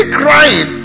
crying